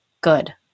good